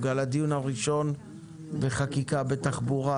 על הובלת הדיון הראשון על חקיקה בתחבורה,